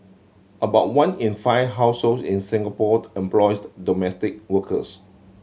about one in five households in Singapore employs domestic workers